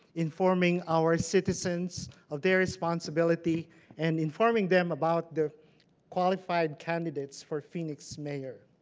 informing our citizens of their responsibility and informing them about the qualified candidates for phoenix mayor.